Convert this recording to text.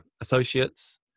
associates